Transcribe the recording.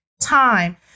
time